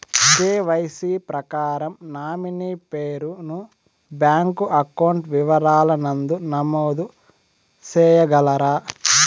KYC ప్రకారం nominee పేరు ను బ్యాంకు అకౌంట్ వివరాల నందు నమోదు సేయగలరా?